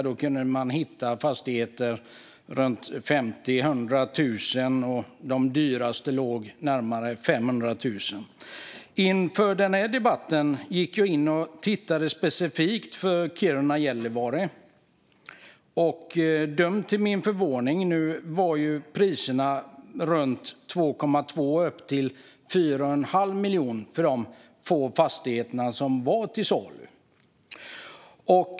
Man kunde hitta fastigheter för 50 000-100 000 medan de dyraste låg på närmare 500 000. Inför denna debatt tittade jag specifikt på Kiruna och Gällivare. Döm om min förvåning när jag såg att priserna låg mellan 2,2 och 4,5 miljoner för de få fastigheter som var till salu.